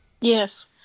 Yes